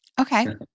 Okay